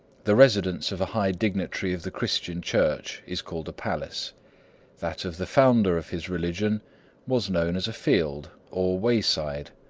the residence of a high dignitary of the christian church is called a palace that of the founder of his religion was known as a field, or wayside.